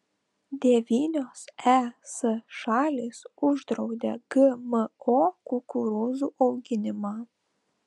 devynios es šalys uždraudė gmo kukurūzų auginimą